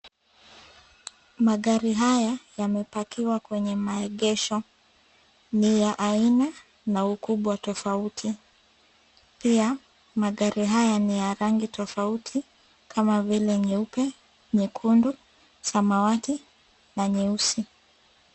Magari haya yamepakiwa kwenye maegesho. Ni ya aina na ukubwa tofauti. Pia, magari haya ni ya rangi tofauti kama vile nyeupe, nyekundu, samawati na nyeusi.